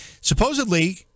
supposedly—